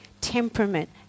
temperament